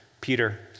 Peter